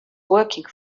working